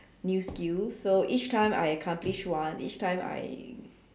new skills so each time I accomplished one each time I